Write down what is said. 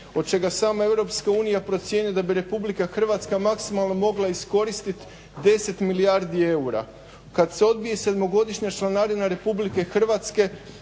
od čega sama EU procjenjuje da bi Republika Hrvatska maksimalno mogla iskoristiti 10 milijardi eura. Kad se odbije sedmogodišnja članarina Republike Hrvatske